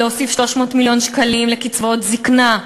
הוספת 300 מיליון שקלים לקצבאות זיקנה,